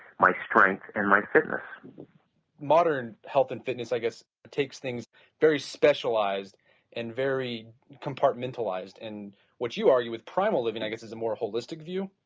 my strength and my fitness modern health and fitness i guess takes things very specialized and very compartmentalized and what you argue with primal living i guess is a more holistic view?